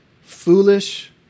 foolish